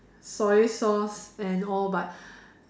soy sauce and all but